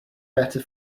better